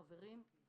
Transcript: חברים,